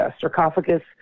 sarcophagus